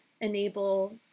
enable